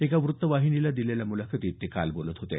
एका व्तत्तवाहिनीला दिलेल्या मुलाखतीत ते काल बोलत होते